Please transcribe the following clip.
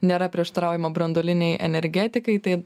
nėra prieštaraujama branduolinei energetikai tai